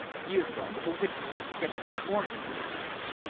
he is gone to whitby to get more information,